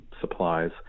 supplies